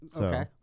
Okay